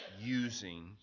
using